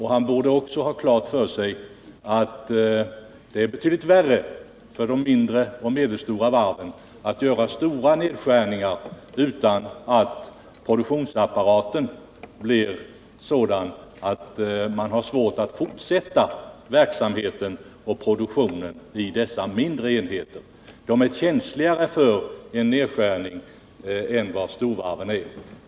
Han borde också ha klart för sig att det är betydligt värre för de mindre och medelstora varven att göra stora nedskärningar utan att produktionsapparaten därigenom försvårar fortsatt produktion vid de mindre enheterna. Dessa mindre varv är känsligare för en nedskärning än de stora varven.